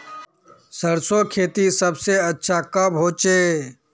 सरसों खेती सबसे अच्छा कब होचे?